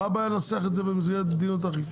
מה הבעיה לנסח את זה במסגרת מדיניות האכיפה?